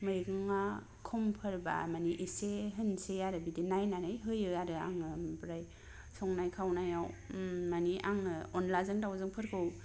मैगंआ खमफोरब्ला मानि एसे होनोसै आरो बिदि नायनानै होयो आरो आङो आमफ्राय संनाय खावनायाव मानि आङो अनद्लाजों दाउजों फोरखौ